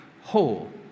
whole